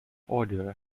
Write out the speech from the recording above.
audio